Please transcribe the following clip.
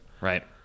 right